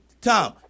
Tom